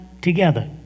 together